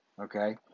okay